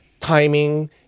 timing